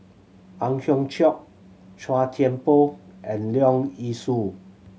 Ang Hiong Chiok Chua Thian Poh and Leong Yee Soo